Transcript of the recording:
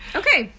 okay